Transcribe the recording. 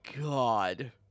god